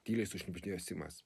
tyliai sušnibždėjo simas